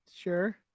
Sure